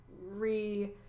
re